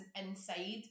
inside